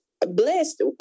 blessed